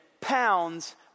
pounds